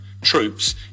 troops